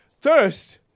Thirst